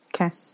Okay